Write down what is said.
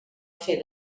fer